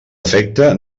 efecte